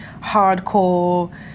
hardcore